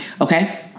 okay